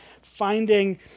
finding